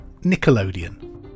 Nickelodeon